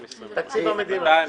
220 מיליארד.